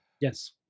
Yes